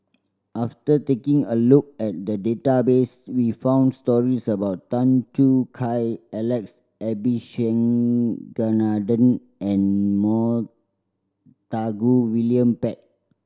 after taking a look at the database we found stories about Tan Choo Kai Alex Abisheganaden and Montague William Pett